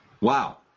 Wow